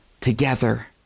together